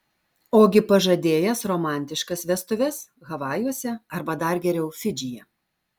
ogi pažadėjęs romantiškas vestuves havajuose arba dar geriau fidžyje